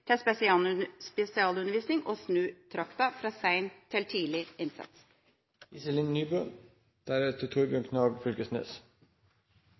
til spesialundervisning og snu «trakta» fra sein til tidlig